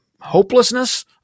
hopelessness